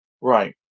Right